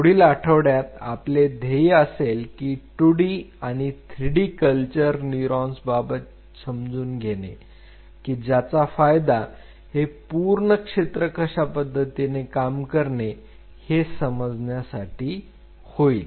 पुढील आठवड्यात आपले ध्येय असेल की 2D आणि 3D कल्चर न्यूरॉन्सच्याबाबत समजून घेणे की ज्याचा फायदा हे पूर्ण क्षेत्र कशा पद्धतीने काम करते हे समजण्यासाठी होईल